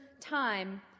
time